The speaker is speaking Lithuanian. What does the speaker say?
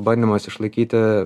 bandymas išlaikyti